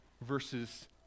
versus